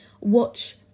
watch